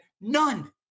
none